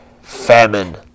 famine